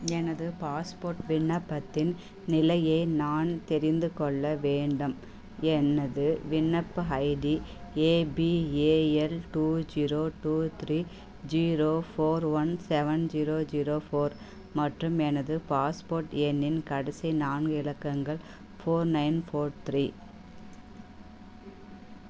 எனது பாஸ்போர்ட் விண்ணப்பத்தின் நிலையை நான் தெரிந்துகொள்ள வேண்டும் எனது விண்ணப்ப ID A B A L two zero two three zero four one seven zero zero four மற்றும் எனது பாஸ்போர்ட் எண்ணின் கடைசி நான்கு இலக்கங்கள் ஃபோர் நைன் ஃபோர் த்ரீ